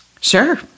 Sure